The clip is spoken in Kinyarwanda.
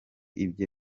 ibye